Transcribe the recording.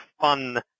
fun